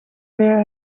where